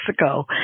Mexico